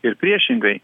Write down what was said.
ir priešingai